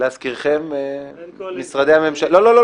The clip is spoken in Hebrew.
אין קואליציה.